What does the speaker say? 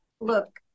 look